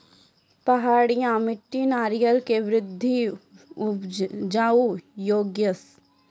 पहाड़िया मिट्टी नारियल के वृक्ष उड़ जाय योगेश?